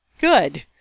Good